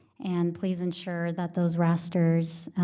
and please ensure that those rasters,